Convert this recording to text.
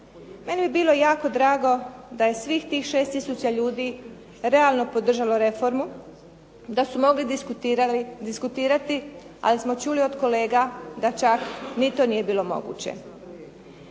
Meni bi bilo jako drago da je svih tih 6 tisuća ljudi realno podržalo reformu, da su mogli diskutirati, ali smo čuli od kolega da čak ni to nije bilo moguće.